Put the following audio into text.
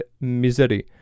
misery